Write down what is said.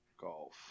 golf